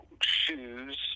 shoes